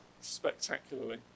spectacularly